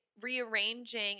rearranging